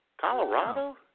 Colorado